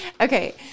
Okay